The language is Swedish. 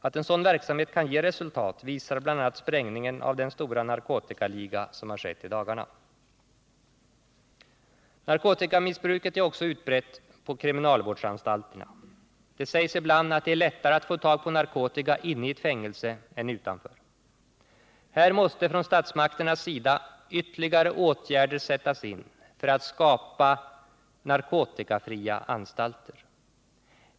Att en sådan verksamhet kan ge resultat visar bl.a. den sprängning av en stor narkotikaliga som har skett i dagarna. Narkotikamissbruket är också utbrett på kriminalvårdsanstalterna. Det sägs ibland att det är lättare att få tag på narkotika inne i ett fängelse än utanför. Här måste från statsmakternas sida ytterligare åtgärder sättas in för att skapa narkotikafria anstalter.